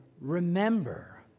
Remember